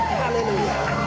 hallelujah